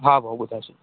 हा भाउ ॿुधाए जो